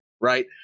right